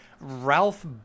Ralph